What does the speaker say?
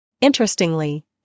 Interestingly